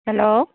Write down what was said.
hello